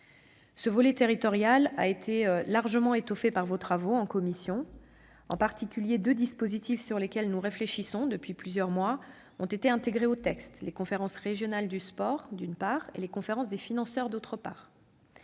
Ce volet territorial a été largement étoffé par vos travaux en commission. En particulier, deux dispositifs sur lesquels nous réfléchissons depuis plusieurs mois ont été intégrés au texte : d'une part, les conférences régionales du sport ; d'autre part, les conférences des financeurs.